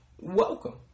Welcome